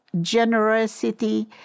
generosity